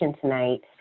tonight